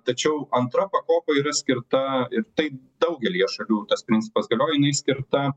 tačiau antra pakopa yra skirta ir tai daugelyje šalių tas principas galioja jinai skirta